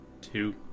Two